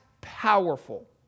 powerful